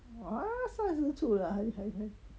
!wah! 三十出还还还